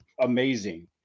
amazing